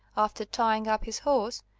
after tying up his horse,